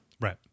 Right